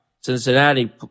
Cincinnati